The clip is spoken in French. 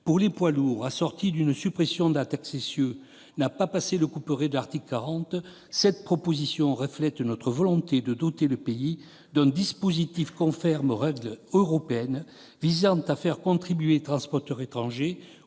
pour les poids lourds, assortie d'une suppression de la taxe à l'essieu, n'a pas passé le couperet de l'article 40, mais elle reflète notre volonté de doter le pays d'un dispositif conforme aux règles européennes visant à faire contribuer les transporteurs étrangers